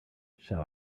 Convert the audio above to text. shall